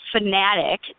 fanatic